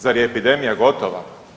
Zar je epidemija gotova?